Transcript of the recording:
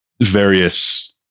various